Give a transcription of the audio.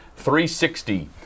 360